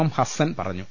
M Hassan പറ ഞ്ഞു